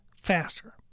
faster